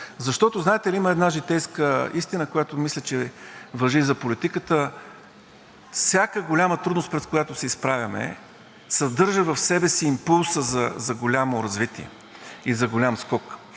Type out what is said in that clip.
Защото има една житейска истина, която мисля, че важи и за политиката – всяка голяма трудност, пред която се изправяме, съдържа в себе си импулса за голямо развитие и за голям скок.